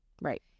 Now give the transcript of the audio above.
Right